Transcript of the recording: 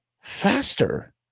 faster